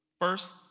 First